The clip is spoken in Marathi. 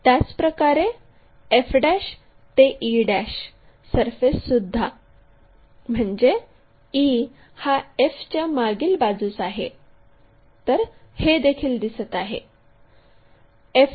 त्याचप्रकारे f ते e सरफेससुद्धा म्हणजे e हा f च्या मागील बाजूस आहे तर हेदेखील दिसत आहे